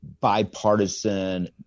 bipartisan